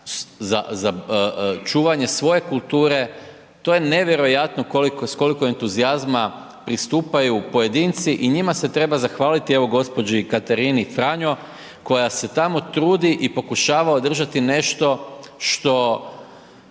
za čuvanje svoje kulture, to je nevjerojatno s koliko entuzijazma pristupaju pojedinci i njima se treba zahvaliti, evo gđi. Katarini Franjo koja se tamo trudi i pokušava održati nešto što